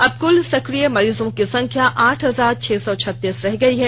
अब कुल सकिय मरीजों की संख्या आठ हजार छह सौ छत्तीस रह गयी है